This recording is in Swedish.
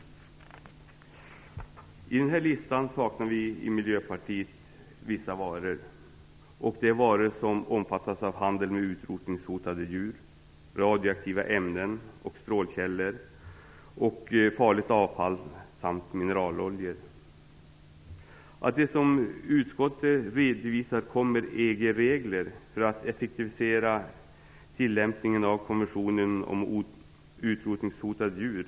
I denna lista tycker vi i Miljöpartiet att det saknas vissa varor. Det är varor som omfattas av handel med utrotningshotade djur, radioaktiva ämnen, strålkällor, farligt avfall samt mineraloljor. Utskottet redovisar att det kommer EG-regler för att effektivisera tillämpningen av konventionen om utrotningshotade djur.